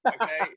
Okay